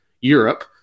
Europe